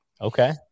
Okay